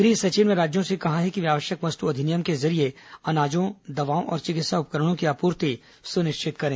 गृह सचिव ने राज्यों से कहा है कि वे आवश्यक वस्तु अधिनियम के जरिये अनाजों दवाओं और चिकित्सा उपकरणों की आपूर्ति सुनिश्चित करें